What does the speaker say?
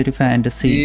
fantasy